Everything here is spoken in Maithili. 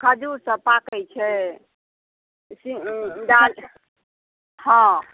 खजुर सभ पाकै छै हॅं